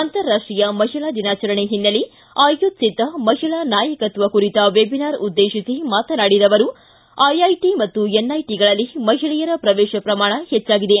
ಅಂತಾರಾಷ್ಷೀಯ ಮಹಿಳಾ ದಿನಾಚರಣೆ ಹಿನ್ನೆಲೆ ಆಯೋಜಿಸಿದ್ದ ಮಹಿಳಾ ನಾಯಕತ್ವ ಕುರಿತ ವೆಬಿನಾರ್ ಉದ್ದೇಶಿಸಿ ಮಾತನಾಡಿದ ಅವರು ಐಐಟಿ ಮತ್ತು ಎನ್ಐಟಿಗಳಲ್ಲಿ ಮಹಿಳೆಯರ ಪ್ರವೇಶ ಪ್ರಮಾಣ ಹೆಚ್ಚಾಗಿದೆ